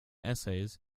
essays